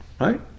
Right